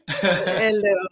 Hello